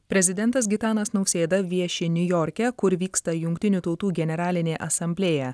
prezidentas gitanas nausėda vieši niujorke kur vyksta jungtinių tautų generalinė asamblėja